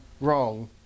wrong